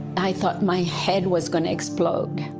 i thought my head was going to explode.